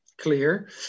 Clear